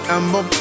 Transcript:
I'ma